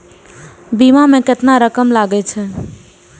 बीमा में केतना रकम लगे छै?